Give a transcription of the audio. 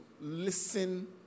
listen